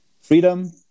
freedom